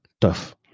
tough